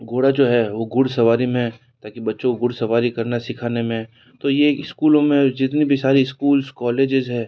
घोड़ा जो है वह घुड़सवारी में ताकि बच्चों को घुड़सवारी करना सिखाने में तो यह स्कूलों में जितनी भी सारी स्कूल्स कॉलेजेस हैं